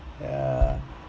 ya